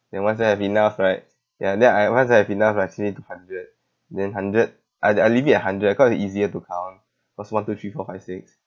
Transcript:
then I once I have enough right I save it to hundred and then hundred I I leave it at hundred ah cause it's easier to count cause one two three four five six